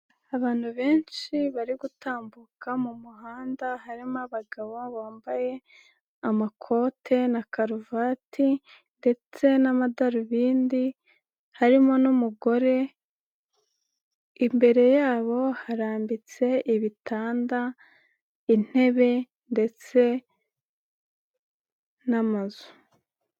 Abantu benshi bari gutambuka mu muhanda, harimo abagabo bambaye amakote na karuvati ndetse n'amadarubindi, harimo n'umugore imbere yabo harambitse ibitanda, intebe, ndetse n'amazu.